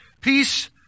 Peace